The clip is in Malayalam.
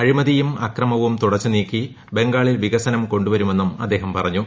അഴിമതിയും അക്രമവും തുടച്ച് നീക്കി ബംഗാളിൽ വികസനം കൊണ്ടു വരുമെന്നും അദ്ദേഹം പറഞ്ഞു